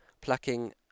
plucking